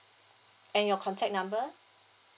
and your contact number